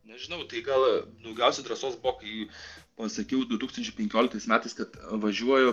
nežinau tai gal daugiausiai drąsos buvo kai pasakiau du tūkstančiai penkioliktais metais kad važiuoju